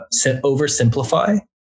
oversimplify